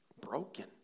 broken